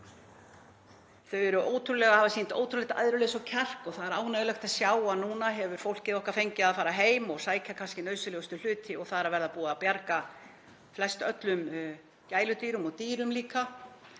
Þau eru ótrúleg og hafa sýnt ótrúlegt æðruleysi og kjark og það er ánægjulegt að sjá að núna hefur fólkið okkar fengið að fara heim og sækja kannski nauðsynlegustu hluti og það er að verða búið að bjarga flestöllum gæludýrum og dýrum líka.